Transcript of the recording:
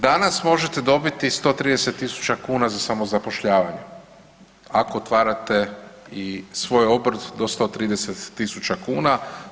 Danas možete dobiti 130.000 kuna za samozapošljavanje, ako otvarate i svoj obrt do 130.000 kuna.